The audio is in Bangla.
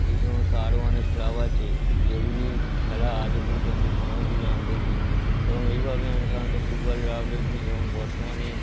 এই সমস্ত আরও অনেক ক্লাব আছে যেগুলি খেলা আজও পর্যন্ত সময় পেলে আমি দেখি এবং এইভাবে আমি সাধারণত ফুটবলের আপডেট নিই এবং বর্তমানে